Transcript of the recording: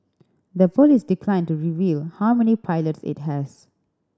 the police declined to reveal how many pilots it has